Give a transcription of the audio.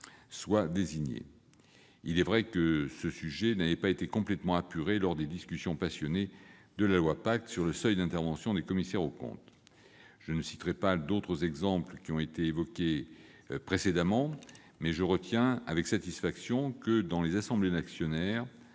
assujetties. Il est vrai que ce sujet n'avait pas été complètement apuré lors des discussions passionnées de la loi Pacte sur le seuil d'intervention des commissaires aux comptes. Je n'évoquerai pas d'autres exemples précédemment mentionnés. Mais je retiens avec satisfaction que, dans les assemblées d'actionnaires,